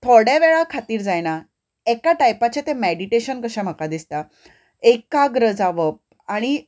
थोडे वेळा खातीर जायना एका टायपाचें तें मेडीटेशन कशें म्हाका दिसता एकाग्र जावप आनी